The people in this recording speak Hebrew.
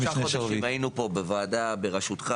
היינו פה בוועדה בראשותך,